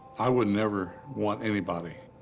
i would never want anybody